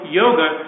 yoga